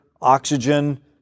oxygen